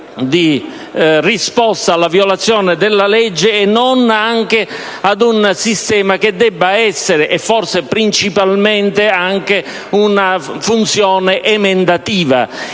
di risposta alla violazione della legge e non anche ad un sistema che deve avere - e forse principalmente - una funzione emendativa,